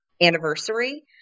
anniversary